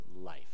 life